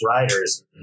riders